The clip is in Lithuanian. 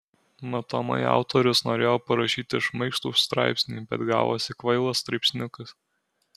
matomai autorius norėjo parašyti šmaikštų straipsnį bet gavosi kvailas straipsniukas